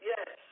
Yes